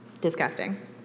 disgusting